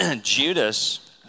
Judas